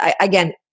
again